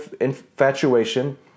infatuation